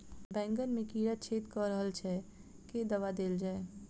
बैंगन मे कीड़ा छेद कऽ रहल एछ केँ दवा देल जाएँ?